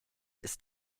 ist